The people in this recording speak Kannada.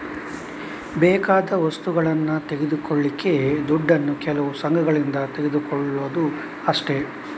ಬೇಕಾದ ವಸ್ತುಗಳನ್ನ ತೆಗೆದುಕೊಳ್ಳಿಕ್ಕೆ ದುಡ್ಡನ್ನು ಕೆಲವು ಸಂಘಗಳಿಂದ ತಗೊಳ್ಳುದು ಅಷ್ಟೇ